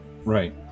Right